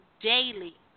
daily